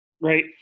right